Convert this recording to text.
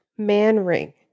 Manring